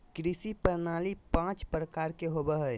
कृषि प्रणाली पाँच प्रकार के होबो हइ